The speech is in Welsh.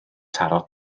taro